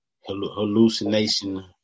Hallucination